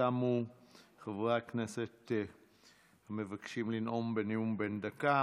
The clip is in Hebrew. תמה רשימת חברי הכנסת המבקשים לנאום נאומים בני דקה.